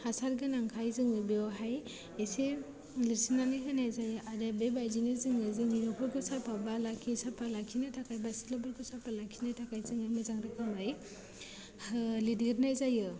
हासार गोनांखाय जोङो बेयावहाय एसे लिरसिननानै होनाय जायो आरो बे बायदिनो जोङो जोंनि न'फोरखौ साफा खालामबा साफा लाखिनो थाखाय सिथ्लाफोरखौ साफा लाखिनो थाखाय बेदिनो जोङो मोजां रोखोमै लिरदेरनाय जायो